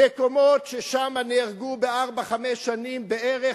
מקומות ששם נהרגו בארבע-חמש שנים בערך